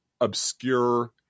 obscure